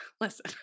Listen